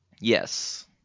Yes